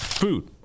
food